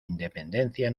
independencia